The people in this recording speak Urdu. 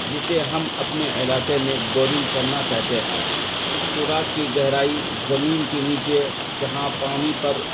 جسے ہم اپنے علاقے میں بورنگ کرنا کہتے ہیں اس سوراخ کی گہرائی زمین کے نیچے جہاں پانی پر